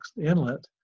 inlet